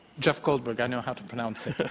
jeff goldberg. i know how to pronounce it.